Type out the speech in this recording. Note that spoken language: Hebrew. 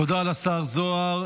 תודה לשר זוהר.